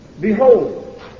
Behold